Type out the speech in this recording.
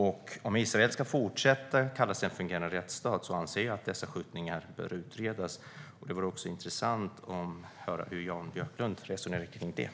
Om Israel ska fortsätta att kalla sig för en fungerande rättsstat anser jag att dessa skjutningar bör utredas. Det vore intressant att få höra Jan Björklund resonera kring detta.